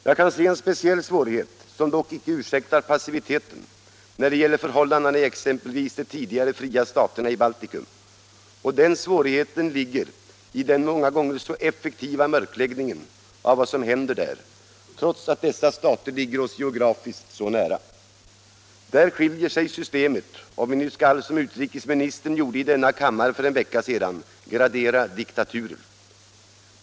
Jag kan se en speciell svårighet — som dock inte ursäktar passiviteten — när det gäller förhållanden i exempelvis de tidigare fria staterna i Baltikum, och den svårigheten ligger i den många gånger så effektiva mörkläggningen av vad som händer där, trots att dessa stater ligger oss geografiskt så nära. Där skiljer sig systemen, om vi nu skall — som utrikesministern gjorde i denna kammare för en vecka sedan — gradera diktaturer.